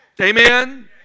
amen